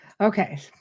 Okay